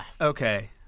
Okay